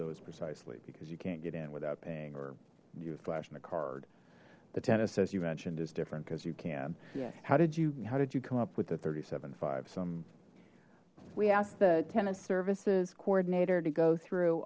those precisely because you can't get in without paying or you've a flash and the card the tennis says you mentioned is different because you can yeah how did you how did you come up with the thirty seven five some we asked the tennis services coordinator to go through